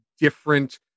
different